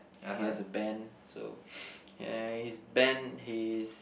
he has a band so yeah his band his